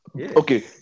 Okay